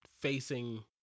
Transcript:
facing